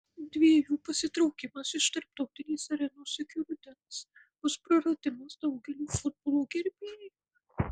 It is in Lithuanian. dviejų pasitraukimas iš tarptautinės arenos iki rudens bus praradimas daugeliui futbolo gerbėjų